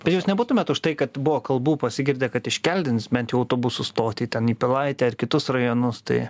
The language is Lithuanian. bet jūs nebūtumėt už tai kad buvo kalbų pasigirdę kad iškeldins bent jau autobusų stotį ten į pilaitę ar kitus rajonus tai